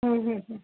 हूं हूं हूं